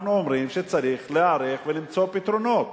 אנחנו אומרים שצריך להיערך ולמצוא פתרונות.